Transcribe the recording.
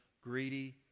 greedy